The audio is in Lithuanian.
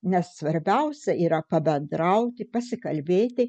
nes svarbiausia yra pabendrauti pasikalbėti